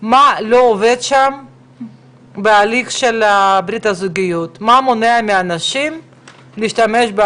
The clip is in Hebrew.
הוא היכולת של המדינה לנהל את המערך הזה ולאפשר לאנשים גם בחירה